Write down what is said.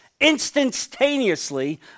instantaneously